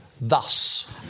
Thus